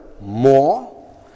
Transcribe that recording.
more